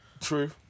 True